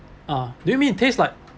ah do you mean it taste like